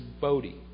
Bodie